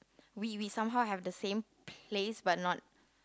we we somehow have the same place but not